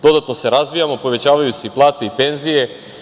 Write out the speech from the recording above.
Dodatno se razvijamo, povećavaju se i plate i penzije.